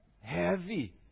Heavy